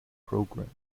programs